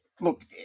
look